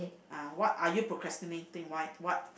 ah what are you procrastinating why what